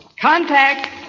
Contact